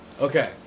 Okay